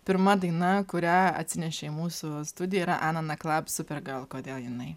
pirma daina kurią atsinešei į mūsų studiją yra ana naklab super gėrl kodėl jinai